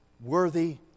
worthy